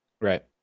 Right